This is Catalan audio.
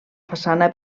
façana